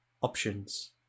options